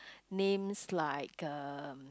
names like uh